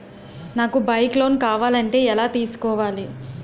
నాకు bike loan కావాలంటే ఎలా తీసుకోవాలి?